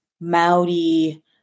Maori